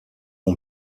ont